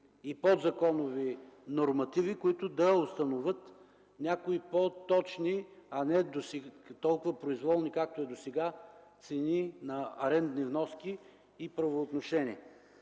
и подзаконови нормативи, които да установят някои по-точни, а не толкова произволни, както е досега, цени на арендни вноски и правоотношения.